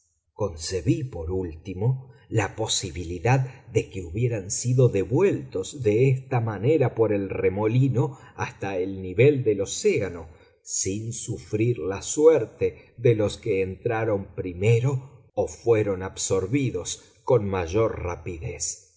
concebí por último la posibilidad de que hubieran sido devueltos de esta manera por el remolino hasta el nivel del océano sin sufrir la suerte de los que entraron primero o fueron absorbidos con mayor rapidez